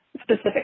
specific